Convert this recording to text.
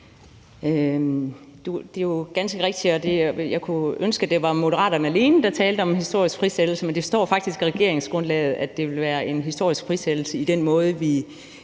Det er jo ganske rigtigt, og jeg kunne ønske, at det var Moderaterne alene, der talte om en historisk frisættelse, men det står faktisk i regeringsgrundlaget, at det vil være en historisk frisættelse i den måde, vi